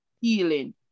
healing